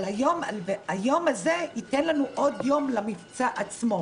12 חודשים יורדים אבל מה שקובע זה תחילת כהונתה של הכנסת העשרים וחמש.